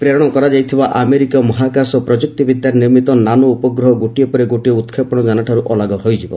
ପ୍ରେରଣ କରାଯାଇଥିବା ଆମେରିକୀୟ ମହାକାଶା ପ୍ରଯୁକ୍ତି ବିଦ୍ୟାରେ ନିର୍ମିତ ନାନୋ ଉପଗ୍ରହ ଗୋଟିଏ ପରେ ଗୋଟିଏ ଉତ୍କ୍ଷେପଣ ଯାନଠାରୁ ଅଲଗା ହୋଇଯିବ